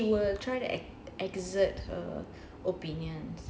I mean like certain things she will try to act exert or opinions